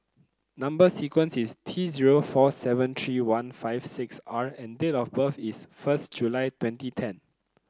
number sequence is T zero four seven three one five six R and date of birth is first July twenty ten